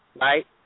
right